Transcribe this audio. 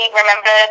remember